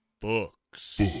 Books